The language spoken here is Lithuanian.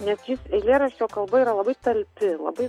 nes jis eilėraščio kalba yra labai talpi labai